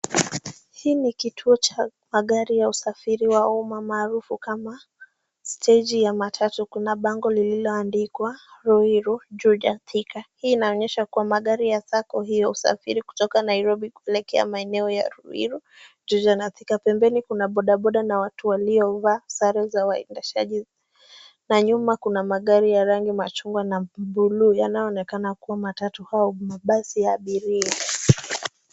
Hii ni kituo cha magari ya usafiri wa umma, maarufu kama steji ya matatu. Kuna bango lililoandikwa ruiru, juja, thika. Hii inaonyesha kuwa magari ya sacco hii husafiri kutoka Nairobi kuelekea maeneo ruiru, juja na thika. Pembeni kuna bodaboda na watu waliovaa sare za waendeshaji, na nyuma kuna magari ya rangi ya machungwa na buluu yanayoonekana kuwa matatu au mabasi ya abiria.